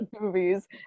movies